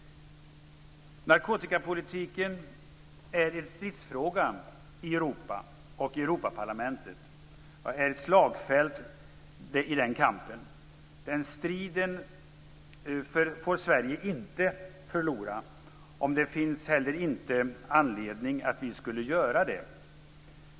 Narkotikapolitiken är en stridsfråga i Europa, och Europaparlamentet är ett slagfält i den kampen. Den striden får Sverige inte förlora, och det finns heller ingen anledning att vi skulle göra det.